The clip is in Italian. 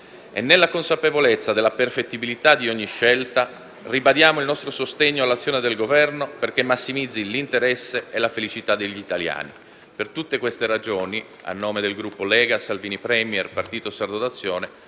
e, nella consapevolezza della perfettibilità di ogni scelta, ribadiamo il nostro sostegno all'azione del Governo perché massimizzi l'interesse e la felicità degli italiani. Per tutte queste ragioni, a nome del Gruppo Lega-Salvini Premier-Partito Sardo d'Azione,